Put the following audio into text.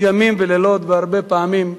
ימים ולילות, והרבה פעמים בלילות,